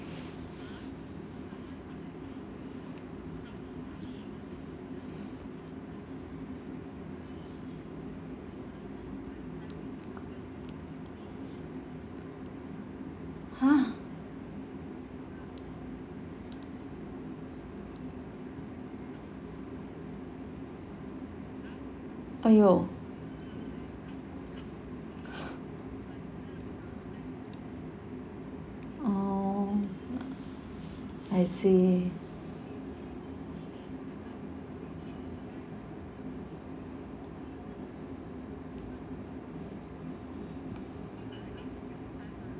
!huh! !aiyo! oh I see